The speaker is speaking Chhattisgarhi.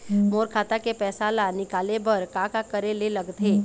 मोर खाता के पैसा ला निकाले बर का का करे ले लगथे?